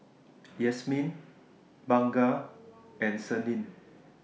Yasmin Bunga and Senin